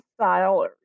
style